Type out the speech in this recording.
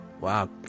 Wow